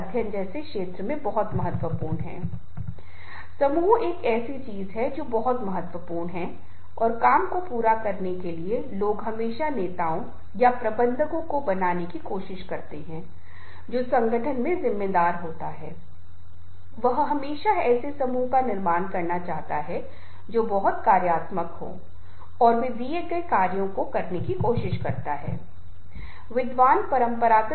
लेकिन वैसे भी ये हमारे जीवन का हिस्सा हैं लेकिन अच्छी भावना वाले सामाजिक भावनात्मक नेता हमेशा लोगों को संतुलन में रखने और उन्हें एक साथ लाने की कोशिश करेंगे ताकि वह उनके मुद्दों और समस्याओं को सुनेंगे और यथासंभव समाधान करने की कोशिश करेंगे